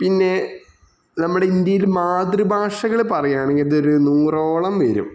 പിന്നെ നമ്മുടെ ഇന്ത്യയിൽ മാതൃഭാഷകൾ പറയുകയാണെങ്കിൽ ഇതൊരു നൂറോളം വരും